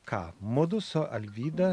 ką mudu su alvyda